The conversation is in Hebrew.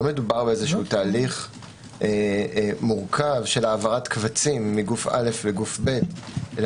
לא מדובר בתהליך מורכב של העברת קבצים מגוף א' לגוף ב' אלא